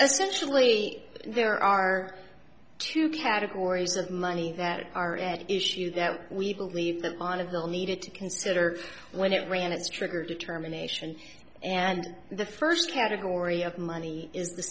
essentially there are two categories of money that are at issue that we believe that none of the needed to consider when it ran its trigger determination and the first category of money is the